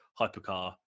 hypercar